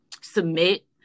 submit